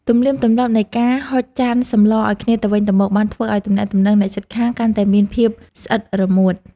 ទំនៀមទម្លាប់នៃការហុចចានសម្លឱ្យគ្នាទៅវិញទៅមក បានធ្វើឱ្យទំនាក់ទំនងអ្នកជិតខាងកាន់តែមានភាពស្អិតរមួត។